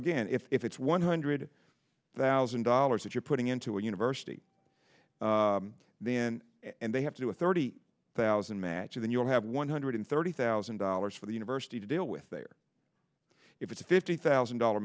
again if it's one hundred thousand dollars that you're putting into a university then and they have to do a thirty thousand match then you'll have one hundred thirty thousand dollars for the university to deal with there if it's a fifty thousand dollar